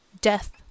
death